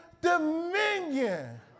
dominion